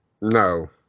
no